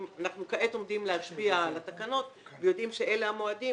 אם אנחנו כעת עומדים להצביע על התקנות ויודעים שאלה המועדים,